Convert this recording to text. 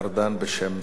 בשם שר הביטחון,